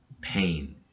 pain